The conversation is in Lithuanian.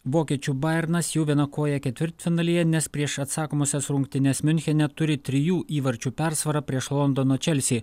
vokiečių bajernas jų viena koja ketvirtfinalyje nes prieš atsakomąsias rungtynes miunchene turi trijų įvarčių persvarą prieš londono chelsea